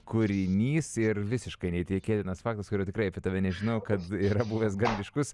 kūrinys ir visiškai neįtikėtinas faktas kurio tikrai apie tave nežinojau kad yra buvęs gan ryškus